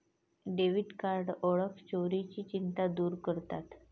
debit card ओळख चोरीची चिंता दूर करतात